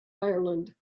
ireland